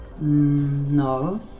No